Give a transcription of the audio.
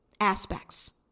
aspects